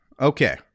Okay